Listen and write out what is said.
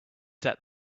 set